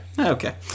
Okay